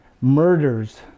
murders